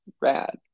rad